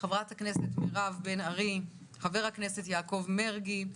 חברת הכנסת מירב בן ארי, חבר הכנסת יעקב מרגי,